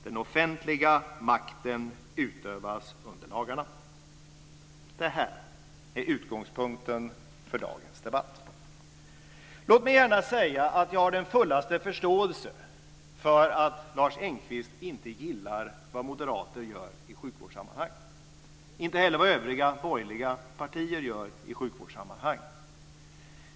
Den offentliga makten utövas under lagarna." Det här är utgångspunkten för dagens debatt. Låt mig gärna säga att jag har full förståelse för att Lars Engqvist inte gillar vad moderater gör i sjukvårdssammanhang, inte heller vad övriga borgerliga partier gör i sjukvårdssammanhang.